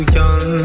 young